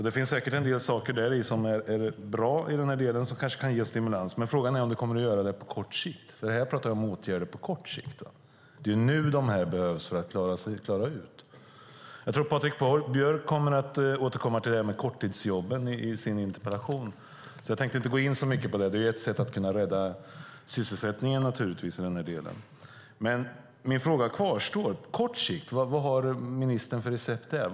Det finns säkert en del saker där som är bra i den här delen och som kan ge stimulans. Men frågan är om det kommer att göra det på kort sikt, för här pratar jag om åtgärder på kort sikt. Det är nu de behövs. Jag tror att Patrik Björck kommer att återkomma till korttidsjobben i sin interpellation, så jag tänker inte gå in så mycket på det. Korttidsjobben är naturligtvis ett sätt att försöka rädda sysselsättningen. Men min fråga kvarstår: Vad har ministern för recept på kort sikt?